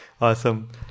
Awesome